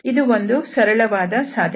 ಇದು ಒಂದು ಸರಳವಾದ ಸಾಧನೆ